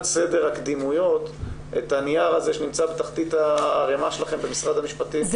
סדר הקדימויות את הנייר הזה שנמצא בתחתית הערימה שלכם במשרד המשפטים,